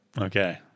Okay